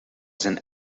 zijn